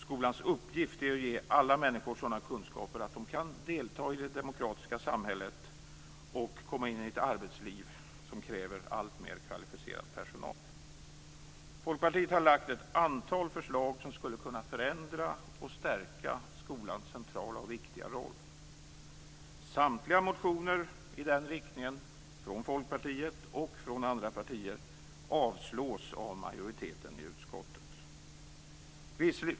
Skolans uppgift är att ge alla människor sådana kunskaper att de kan delta i det demokratiska samhället och komma in i ett arbetsliv som kräver alltmer kvalificerad personal. Folkpartiet har lagt fram ett antal förslag som skulle kunna förändra och stärka skolans centrala och viktiga roll. Samtliga motioner i den riktningen från Folkpartiet och från andra partier avstyrks av majoriteten i utskottet.